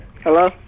Hello